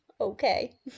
okay